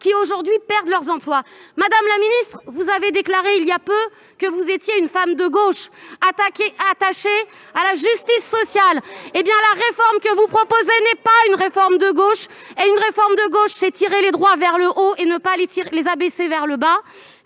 qui aujourd'hui perdent leur emploi. Madame la ministre, vous avez déclaré, voilà peu, que vous étiez une femme de gauche, attachée à la justice sociale. La réforme que vous proposez n'est pas une réforme de gauche. Une réforme de gauche, c'est tirer les droits vers le haut, pas vers le bas